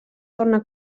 torna